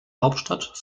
hauptstadt